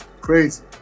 crazy